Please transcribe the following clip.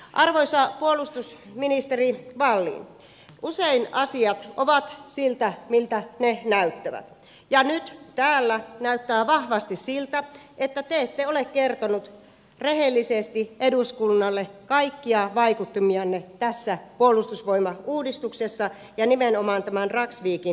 arvoisa puolustusministeri wallin usein asiat ovat sitä miltä ne näyttävät ja nyt täällä näyttää vahvasti siltä että te ette ole kertonut rehellisesti eduskunnalle kaikkia vaikuttimianne tässä puolustusvoimauudistuksessa ja nimenomaan tämän dragsvikin osalta